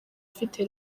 afite